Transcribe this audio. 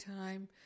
time